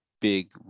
big